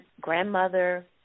grandmother